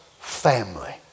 family